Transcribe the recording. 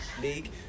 league